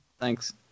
Thanks